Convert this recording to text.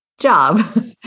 job